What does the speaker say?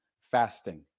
fasting